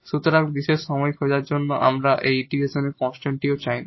সুতরাং পার্টিকুলার সমাধান খোঁজার সময় আমরা ইন্টিগ্রেশনের এই কন্সট্যান্টটিও চাই না